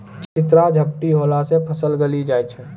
चित्रा झपटी होला से फसल गली जाय छै?